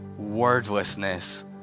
wordlessness